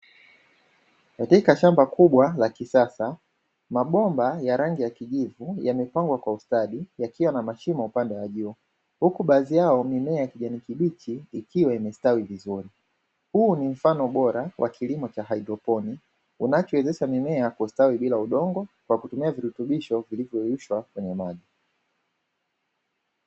Katika shamba kubwa la kisasa, mabomba ya rangi ya kijivu yamepangwa kwa ustadi yakiwa na mashimo kwa upande juu huku baadhi yake ya mimea ya kijani kibichi imestawi vizuri. huu ni mfano bora wa kilimo cha hydroponi unaotengeneza mimea bila kutegemea udongo kwa kutumia virutubisho vilivyoyeyushwa kwenye maji.